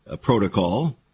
protocol